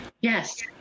Yes